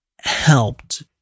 helped